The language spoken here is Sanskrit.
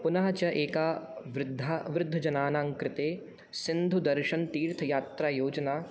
पुनः च एका वृद्धा वृद्धजनानाङ्कृते सिन्धुदर्शन्तीर्थयात्रायोजना